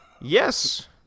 Yes